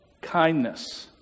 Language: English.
kindness